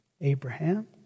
abraham